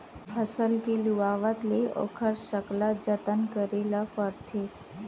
फसल के लुवावत ले ओखर सकला जतन करे बर परथे